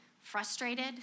frustrated